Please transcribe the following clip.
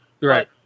right